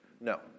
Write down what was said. No